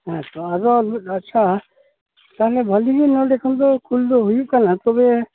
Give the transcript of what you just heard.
ᱦᱮᱸ ᱛᱚ ᱟᱫᱚ ᱟᱪᱪᱷᱟ ᱛᱟᱦᱚᱞᱮ ᱵᱷᱟᱹᱜᱤ ᱜᱮ ᱱᱚᱰᱮ ᱠᱷᱚᱱ ᱫᱚ ᱠᱩᱞ ᱫᱚ ᱦᱩᱭᱩᱜ ᱠᱟᱱᱟ ᱛᱚᱵᱮ